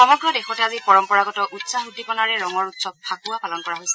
সমগ্ৰ দেশতে আজি পৰম্পৰাগত উৎসাহ উদ্দীপনাৰে ৰঙৰ উৎসৱ ফাকুৱা পালন কৰা হৈছে